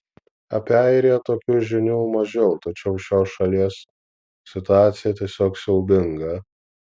apie airiją tokių žinių mažiau tačiau šios šalies situacija tiesiog siaubinga